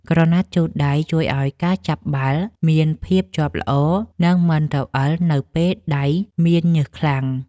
ក្រណាត់ជូតដៃ ជួយឱ្យការចាប់បាល់មានភាពជាប់ល្អ និងមិនរអិលនៅពេលដៃមានញើសខ្លាំង។